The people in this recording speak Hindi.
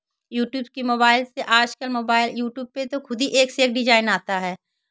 यूट्यूब कि मोबाइल से आज कल मोबाइल यूट्यूब पे तो खुद ही एक से एक डिज़ाइन आता है